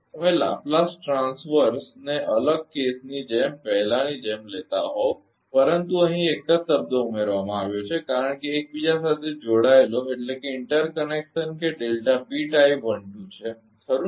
તમે લેપલેસ ટ્રાંસવર્સને અલગ કેસ ની જેમ જ લેતા હોવ પરંતુ અહીં એક જ શબ્દ ઉમેરવામાં આવ્યો છે કારણ કે એકબીજા સાથે જોડાયેલો કે છે ખરુ ને